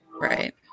Right